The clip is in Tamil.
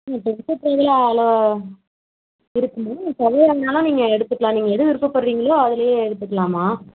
அவ்வளோ இருக்குமா தவேரானாலும் நீங்கள் எடுத்துக்கலாம் நீங்கள் எது விருப்பப்படுறீங்களோ அதுலையே எடுத்துக்கலாம்மா